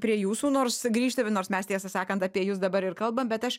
prie jūsų nors grįžti nors mes tiesą sakant apie jus dabar ir kalbam bet aš